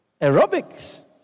aerobics